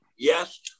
Yes